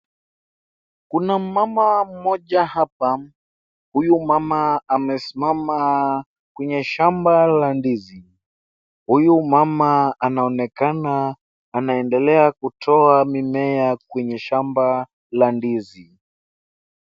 Kuna mama mmoja hapa. Huyu mama amesimama kwenye shamba la ndizi. Huyu mama anaonekana anaendelea kutoa mimea kwenye shamba la ndizi.